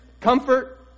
comfort